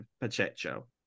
Pacheco